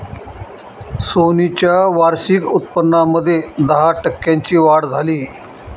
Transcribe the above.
Sony च्या वार्षिक उत्पन्नामध्ये दहा टक्क्यांची वाढ झाली